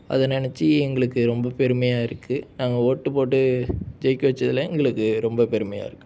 அது நினச்சி எங்களுக்கு ரொம்ப பெருமையாக இருக்குது நாங்கள் ஓட்டு போட்டு ஜெயிக்க வெச்சதில் எங்களுக்கு ரொம்ப பெருமையாக இருக்குது